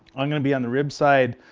i'm going to be on the rib side.